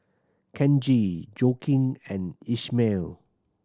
Kenji Joaquin and Ishmael